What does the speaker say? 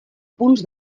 punts